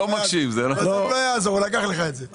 זה לא יעזור, הוא לקח לך את זה.